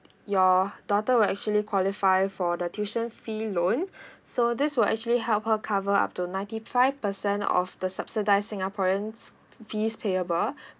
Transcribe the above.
your daughter will actually qualify for the tuition fee loan so this will actually help her cover up to ninety five percent of the subsidise singaporeans fees payable